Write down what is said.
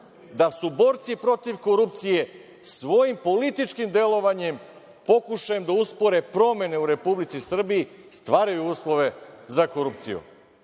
da su borci protiv korupcije svojim političkim delovanjem, pokušajem da uspore promene u Republici Srbiji stvaraju uslove za korupciju. Znači,